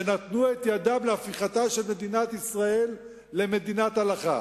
שנתנו את ידם להפיכה של מדינת ישראל למדינת הלכה,